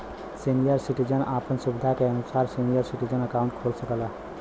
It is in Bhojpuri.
सीनियर सिटीजन आपन सुविधा के अनुसार सीनियर सिटीजन अकाउंट खोल सकला